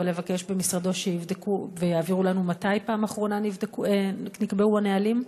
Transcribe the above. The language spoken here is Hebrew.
לבקש במשרדו שיבדקו ויעבירו לנו מתי בפעם האחרונה נבדקו נקבעו הנהלים.